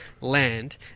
land